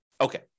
Okay